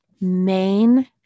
main